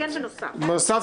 בנוסף,